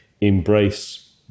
embrace